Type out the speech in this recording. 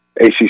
acc